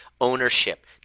ownership